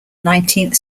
nineteenth